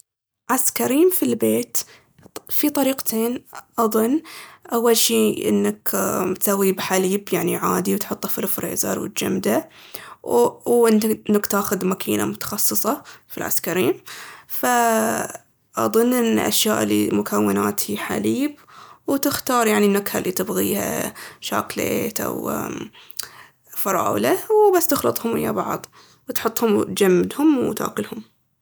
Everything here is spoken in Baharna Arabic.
عسكريم في البيت. في طريقتين، أضن، أول شي انك تسويه بحليب يعني عادي وتحطه في الفريزر وتجمده، أو انك تاخذ مكينة متخصصة في العسكريم. فأضن ان الأشياء اللي مكونات في الحليب، وتختار يعني النكهة اللي تبغيها، شاكليت وفراولة. وبس تخلطهم ويا بعض وتحطهم وتجمدهم وتاكلهم.